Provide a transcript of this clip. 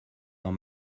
dans